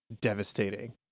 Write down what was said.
Devastating